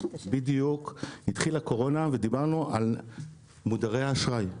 בדיוק התחילה קורונה ודיברנו על מודרי אשראי,